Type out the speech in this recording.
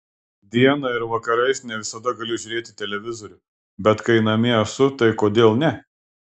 dieną ir vakarais ne visada galiu žiūrėti televizorių bet kai namie esu tai kodėl ne